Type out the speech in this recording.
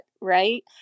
right